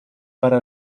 para